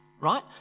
right